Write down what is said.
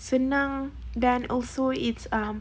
senang dan also it's um